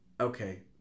okay